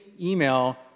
email